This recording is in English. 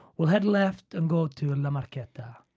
we'll head left and go to and la marqueta.